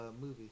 movie